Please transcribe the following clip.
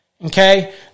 Okay